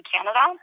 Canada